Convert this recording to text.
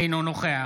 אינו נוכח